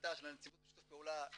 החלטה של הנציבות בשיתוף פעולה איתנו,